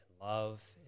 love